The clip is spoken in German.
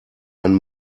ein